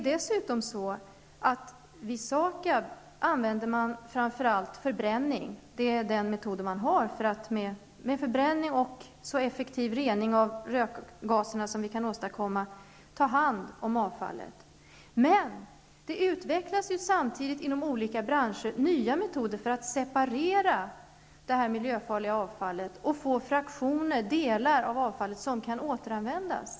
Dessutom använder man vid SAKAB framför allt förbränning, för det är den metod man har -- förbränning och så effektiv rening av rökgaserna som kan åstadkommas -- för att ta hand om avfallet. Samtidigt utvecklas inom nya branscher olika metoder för att separera det miljöfarliga avfallet för att man skall få fraktioner, dvs. delar, av avfallet som kan återanvändas.